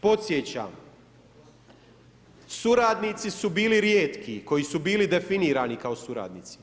Podsjećam, suradnici su bili rijetki koji su bili definirani kao suradnici.